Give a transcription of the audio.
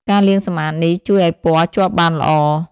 ការលាងសម្អាតនេះជួយឱ្យពណ៌ជាប់បានល្អ។